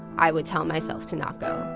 i would tell myself to not go.